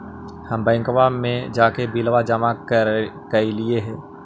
हम बैंकवा मे जाके बिलवा जमा कैलिऐ हे?